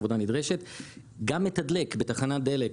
גם מתדלק בתחנת דלק,